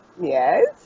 Yes